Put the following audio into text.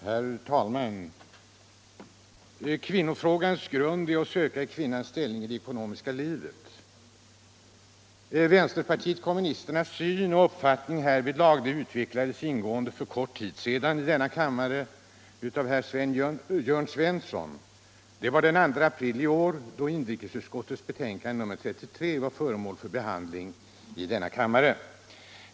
Herr talman! Kvinnofrågans grund är att söka i kvinnans ställning i det ekonomiska livet. Vänsterpartiet kommunisternas syn på och uppfattning om den frågan utvecklades ingående för kort tid sedan i denna kammare av herr Jörn Svensson. Det var den 2 april i år, då inrikesutskottets hetänkande nr 33 var föremål för behandling här.